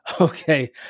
okay